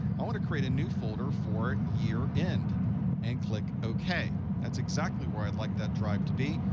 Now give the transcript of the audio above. i want to create a new folder for year end and click ok. that's exactly where i'd like that drive to be.